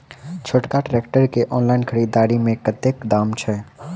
छोटका ट्रैक्टर केँ ऑनलाइन खरीददारी मे कतेक दाम छैक?